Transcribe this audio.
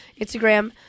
Instagram